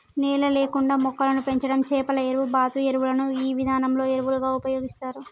నేల లేకుండా మొక్కలను పెంచడం చేపల ఎరువు, బాతు ఎరువులను ఈ విధానంలో ఎరువులుగా ఉపయోగిస్తారు